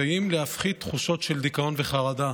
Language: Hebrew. ומסייעים להפחית תחושות של דיכאון וחרדה.